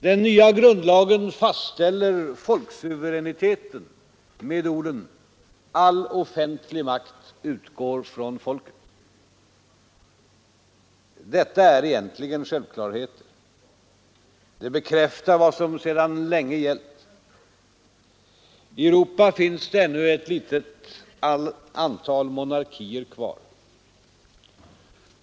Den nya grundlagen fastställer folksuveräniteten med orden: ”All offentlig makt utgår från folket.” Detta är egentligen självklarheter. Det bekräftar vad som sedan länge gällt. I Europa finns det ännu ett litet antal monarkier kvar.